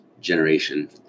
generation